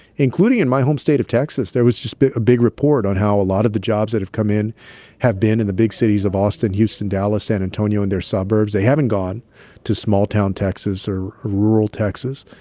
including in my home state of texas. there was just a big report on how a lot of the jobs that have come in have been in the big cities of austin, houston, dallas, san antonio and their suburbs. they haven't gone to small-town texas or rural texas.